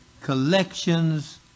collections